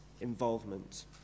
involvement